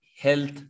health